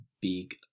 big